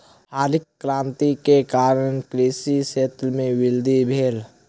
हरित क्रांति के कारण कृषि क्षेत्र में वृद्धि भेल